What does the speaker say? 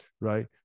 right